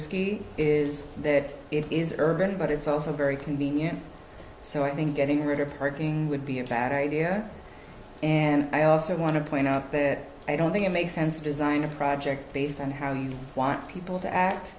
ski is that it is urban but it's also very convenient so i think getting rid of parking would be a bad idea and i also want to point out the i don't think it makes sense to design a project based on how and why ask people to act